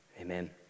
amen